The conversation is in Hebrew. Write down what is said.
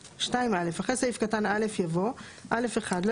(2א) אחרי סעיף קטן (א) יבוא: "(א1) לא